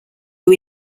who